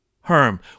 Herm